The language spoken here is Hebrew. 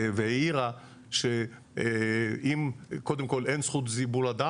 והעירה שקודם כל אין זכות לציבור לדעת,